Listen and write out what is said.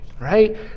right